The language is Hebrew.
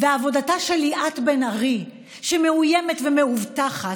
עבודתה של ליאת בן ארי, שמאוימת ומאובטחת,